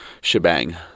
shebang